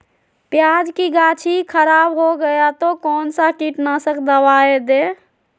प्याज की गाछी खराब हो गया तो कौन सा कीटनाशक दवाएं दे?